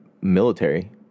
military